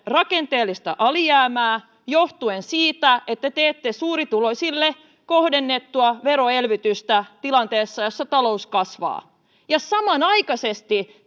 rakenteellista alijäämää johtuen siitä että teette suurituloisille kohdennettua veroelvytystä tilanteessa jossa talous kasvaa ja samanaikaisesti